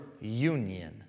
union